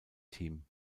team